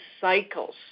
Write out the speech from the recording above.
cycles